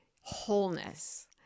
wholeness